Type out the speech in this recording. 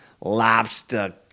lobster